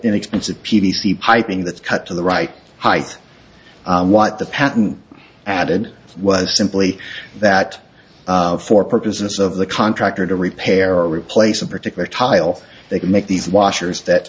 inexpensive p v c piping that's cut to the right height what the patent added was simply that for purposes of the contractor to repair or replace a particular tile they can make these washers that